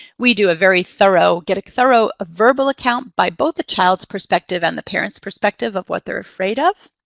we do a very thorough get a thorough verbal account by both the child's perspective and the parents perspective of what they're afraid of.